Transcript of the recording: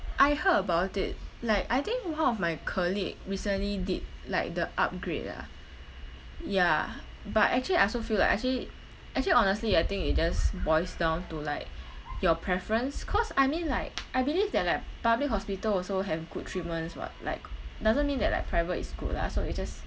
I heard about it like I think one of my colleague recently did like the upgrade ah ya but actually I also feel like actually actually honestly I think it just boils down to like your preference cause I mean like I believe that like public hospital also have good treatments [what] like doesn't mean that like private is good lah so it just